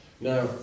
Now